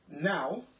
now